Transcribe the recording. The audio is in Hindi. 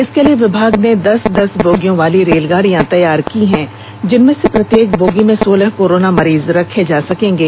इसके लिए विभाग ने दस दस बोगियों वाली रेलगाड़ियां तैयार की हैं जिनमें से प्रत्येक बोगी में सोलह कोरोना मरीज रखे जा सकेंगे